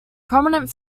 prominent